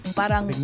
parang